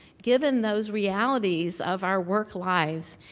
given those realities of our work lives,